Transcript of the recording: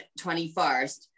21st